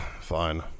fine